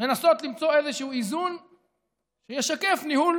לנסות למצוא איזשהו איזון שישקף ניהול